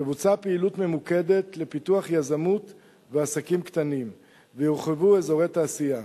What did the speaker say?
תבוצע פעילות ממוקדת לפיתוח יזמות ועסקים קטנים ויורחבו אזורי תעשייה.